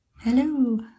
Hello